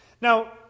Now